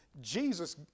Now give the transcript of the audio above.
Jesus